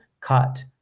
cut